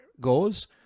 goes